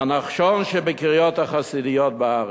הנחשון שבקריות החסידיות בארץ.